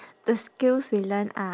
the skills we learn are